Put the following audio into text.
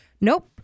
nope